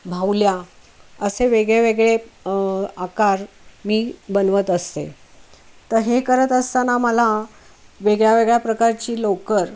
बाहुल्या असे वेगळे वेगळे आकार मी बनवत असते तर हे करत असताना मला वेगळ्या वेगळ्या प्रकारची लोकर